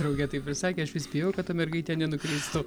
draugė taip ir sakė aš vis bijojau kad ta mergaitė nenukristų